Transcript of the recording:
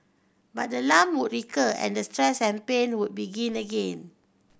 but the lump would recur and the stress and pain would begin again